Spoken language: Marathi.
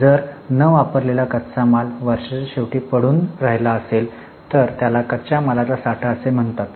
जर न वापरलेला कच्चा माल वर्षाच्या शेवटी पडून असेल तर त्याला कच्च्या मालाचा साठा असे म्हणतात